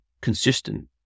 consistent